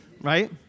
Right